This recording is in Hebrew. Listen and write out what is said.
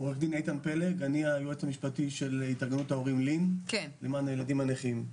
אני היועץ המשפטי של התארגנות ההורים לי"ן למען הילדים הנכים.